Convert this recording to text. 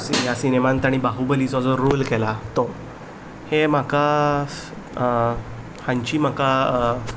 ह्या सिनेमान तांणी बाहुबलीचो जो रोल केला तो हें म्हाका हांची म्हाका